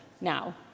now